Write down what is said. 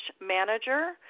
manager